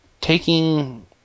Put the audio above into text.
taking